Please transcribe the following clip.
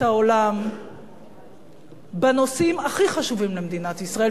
העולם בנושאים הכי חשובים למדינת ישראל.